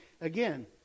Again